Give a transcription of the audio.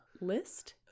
List